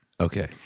Okay